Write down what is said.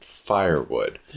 firewood